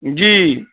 جی